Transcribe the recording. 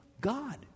God